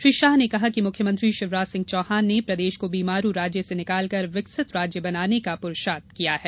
श्री शाह ने कहा कि मुख्यमंत्री शिवराज सिंह चौहान ने प्रदेश को बीमारू राज्य से निकाल कर विकसित राज्य बनाने का पुरूषार्थ किया है